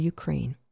Ukraine